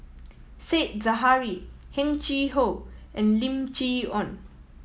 Said Zahari Heng Chee How and Lim Chee Onn